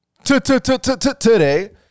Today